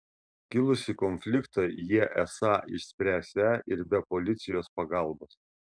kilusį konfliktą jie esą išspręsią ir be policijos pagalbos